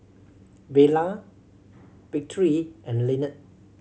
Vela Victory and Lynnette